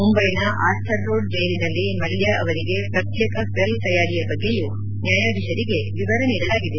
ಮುಂಬೈನ Arthur road ಜೈಲಿನಲ್ಲಿ ಮಲ್ಯ ಅವರಿಗೆ ಪ್ರತ್ಯೇಕ ಸೆಲ್ ತಯಾರಿಯ ಬಗ್ಗೆಯೂ ನ್ಯಾಯಾಧೀಶರಿಗೆ ವಿವರ ನೀಡಲಾಗಿದೆ